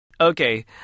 Okay